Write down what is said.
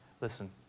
listen